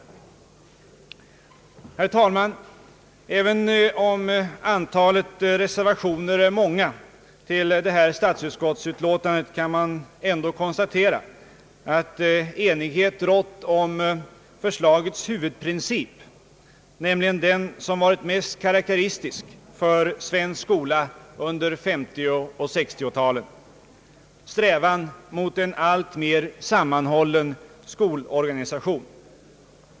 Herr talman! Även om antalet reservationer är stort vid det här utskottsutlåtandet, kan man ändå konstatera att enighet rått om förslagets huvudprincip, nämligen den som varit mest karakteristisk för svensk skola under 1950 och 1960-talen — strävan mot en allt mer sammanhållen skolorganisation.